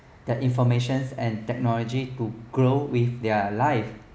that information and technology to grow with their life